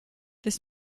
this